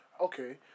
okay